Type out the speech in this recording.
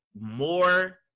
more